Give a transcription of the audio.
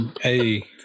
Hey